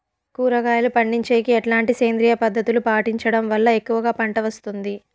కూరగాయలు పండించేకి ఎట్లాంటి సేంద్రియ పద్ధతులు పాటించడం వల్ల ఎక్కువగా పంట వస్తుంది?